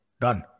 Done